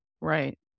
Right